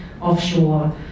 offshore